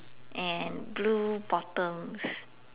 and blue bottoms